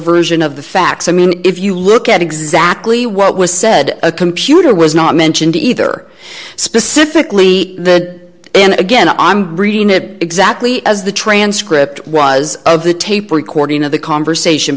version of the facts i mean if you look at exactly what was said a computer was not mentioned either specifically that and again i'm reading it exactly as the transcript was of the tape recording of the conversation